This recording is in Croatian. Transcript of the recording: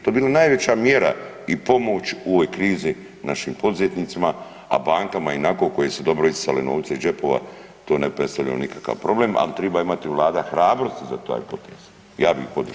To bi bila najveća mjera i pomoć u ovoj krizi našim poduzetnicima, a bankama ionako koje su dobro isisale novce iz džepova to ne predstavlja nikakav problem, al triba imati Vlada hrabrosti za taj potez, ja bih ih podržao.